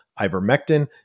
ivermectin